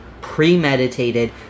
premeditated